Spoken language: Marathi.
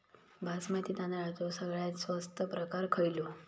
बासमती तांदळाचो सगळ्यात स्वस्त प्रकार खयलो?